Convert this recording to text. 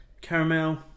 Caramel